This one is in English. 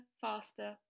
faster